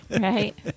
right